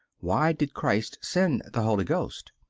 why did christ send the holy ghost?